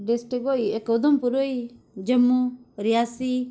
district होई इक उधमपुर होई गेई जम्मू रियासी